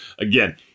Again